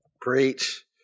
Preach